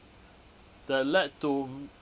that led to